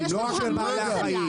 לא רק לבעלי החיים.